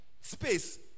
Space